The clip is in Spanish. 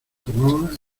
tomaba